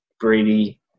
Brady